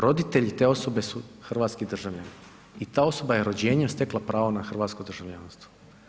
Roditelji te osobe su hrvatski državljani i ta osoba je rođenjem stekla pravo na hrvatsko državljanstvo.